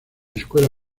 escuela